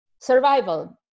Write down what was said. survival